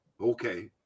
Okay